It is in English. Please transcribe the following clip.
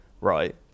right